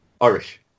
Irish